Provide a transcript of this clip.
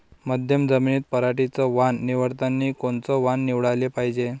मध्यम जमीनीत पराटीचं वान निवडतानी कोनचं वान निवडाले पायजे?